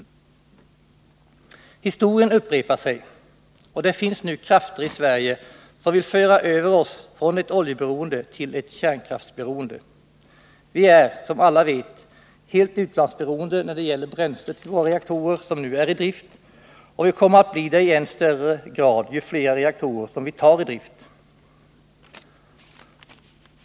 Historien upprepar sig, och det finns nu krafter i Sverige som vill föra oss över från ett oljeberoende till ett kärnkraftsberoende. Vi är, som alla vet, helt utlandsberoende när det gäller bränsle till våra reaktorer som nu äridrift, och vi kommer att bli det i än högre grad ju fler reaktorer som vi tar i drift.